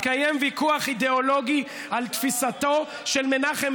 מתקיים ויכוח אידיאולוגי על תפיסתו של מנחם